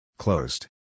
Closed